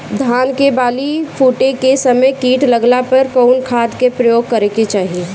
धान के बाली फूटे के समय कीट लागला पर कउन खाद क प्रयोग करे के चाही?